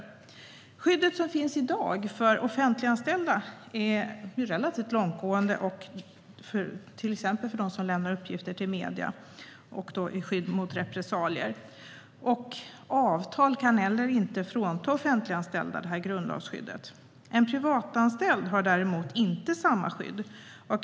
Det skydd som finns i dag för offentliganställda är relativt långtgående, till exempel för dem som lämnar uppgifter till medierna, såsom skydd mot repressalier. Avtal kan inte heller frånta offentliganställda detta grundlagsskydd. En privatanställd har däremot inte samma skydd.